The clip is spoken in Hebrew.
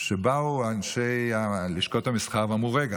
שבאו אנשי לשכות המסחר ואמרו: רגע,